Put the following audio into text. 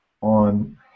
on